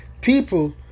People